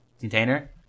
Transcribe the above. container